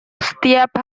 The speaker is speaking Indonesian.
setiap